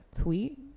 tweet